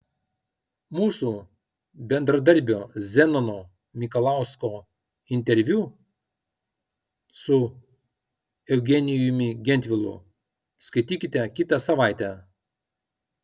mūsų bendradarbio zenono mikalausko interviu su eugenijumi gentvilu skaitykite kitą savaitę